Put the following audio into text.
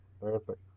Perfect